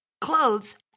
clothes